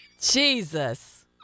Jesus